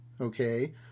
Okay